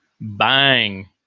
Bang